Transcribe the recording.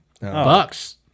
bucks